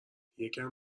یکم